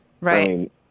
Right